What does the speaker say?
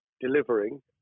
delivering